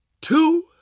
two